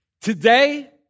Today